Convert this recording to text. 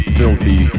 filthy